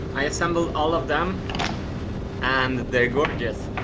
i assembled all of them and they're gorgeous.